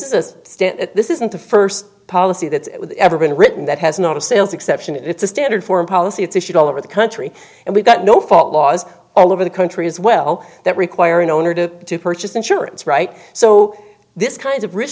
it this isn't the first policy that's ever been written that has not a sales exception it's a standard foreign policy it's issued all over the country and we've got no fault laws all over the country as well that require an owner to purchase insurance right so this kinds of ri